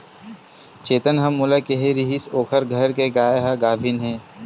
चेतन ह मोला केहे रिहिस ओखर घर के गाय ह गाभिन हे